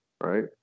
right